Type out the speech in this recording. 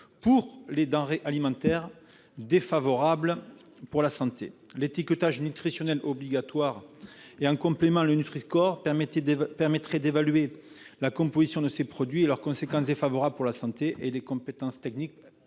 pour des denrées alimentaires défavorables pour la santé. L'étiquetage nutritionnel obligatoire et le Nutri-score permettent d'évaluer la composition de ces produits et leurs conséquences défavorables pour la santé. Les compétences techniques